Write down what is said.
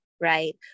right